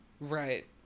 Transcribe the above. right